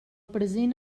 present